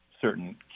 certain